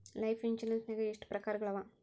Life insurance ನ್ಯಾಗ ಎಷ್ಟ್ ಪ್ರಕಾರ್ಗಳವ?